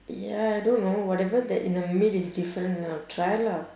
ya I don't know whatever that in the meat is different lah try lah